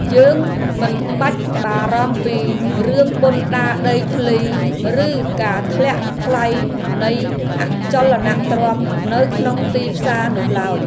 យើងមិនបាច់បារម្ភពីរឿងពន្ធដារដីធ្លី ឬការធ្លាក់ថ្លៃនៃអចលនទ្រព្យនៅក្នុងទីផ្សារនោះឡើយ។